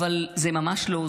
אבל זה ממש לא.